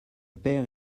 père